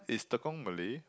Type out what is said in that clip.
is Tekong Malay